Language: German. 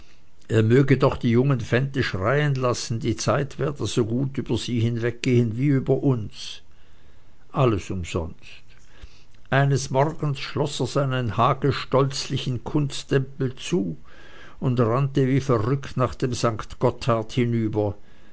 er möge doch die jungen fänte schreien lassen die zeit werde so gut über sie hinweggehen wie über uns alles umsonst eines morgens schloß er seinen hagestolzlichen kunsttempel zu und rannte wie verrückt nach dem st gotthard hinüber